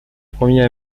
premier